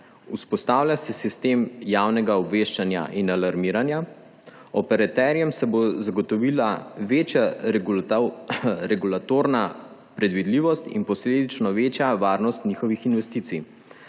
vzpostavlja se sistem javnega obveščanja in alarmiranja; operaterjem se bo zagotovila večja regulatorna predvidljivost in posledično večja varnost njihovih investicij.